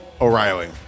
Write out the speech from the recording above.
o'reilly